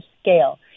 scale